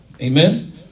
Amen